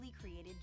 created